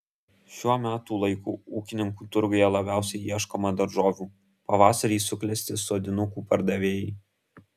šiuo metų laiku ūkininkų turguje labiausiai ieškoma daržovių pavasarį suklesti sodinukų pardavėjai